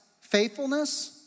faithfulness